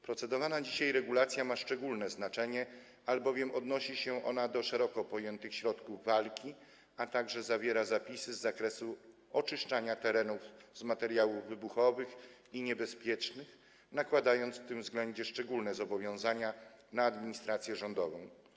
Procedowana dzisiaj regulacja ma szczególne znaczenie, albowiem odnosi się ona do szeroko pojętych środków walki, a także zawiera zapisy z zakresu oczyszczania terenów z materiałów wybuchowych i niebezpiecznych, nakładając w tym względzie szczególne zobowiązania na administrację rządową.